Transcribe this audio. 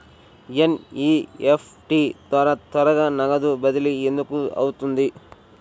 NEFT ద్వారా త్వరగా నగదు బదిలీ ఎందుకు అవుతుంది?